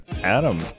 Adam